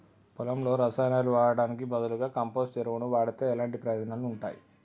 పొలంలో రసాయనాలు వాడటానికి బదులుగా కంపోస్ట్ ఎరువును వాడితే ఎలాంటి ప్రయోజనాలు ఉంటాయి?